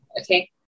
Okay